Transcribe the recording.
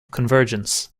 convergence